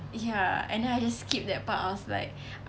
ya and then I just skip that part I was like